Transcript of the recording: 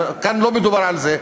כאן לא מדובר על זה,